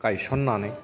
गायसननानै